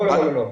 לא, לא.